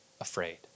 afraid